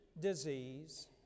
disease